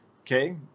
okay